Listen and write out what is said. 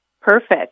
Perfect